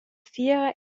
fiera